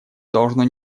должно